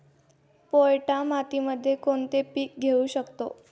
पोयटा मातीमध्ये कोणते पीक घेऊ शकतो?